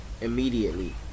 immediately